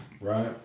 right